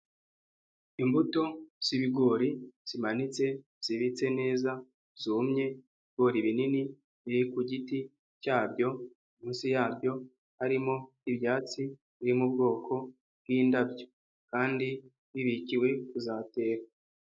Imbuto z'ibigori zimanitse, zibitse neza, zumye, ibi kori binini biri ku giti cyabyo, munsi yabyo harimo ibyatsi biri mu bwoko bw'indabyo kandi bibikiwe kuzaterwa.